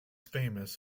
famous